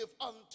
unto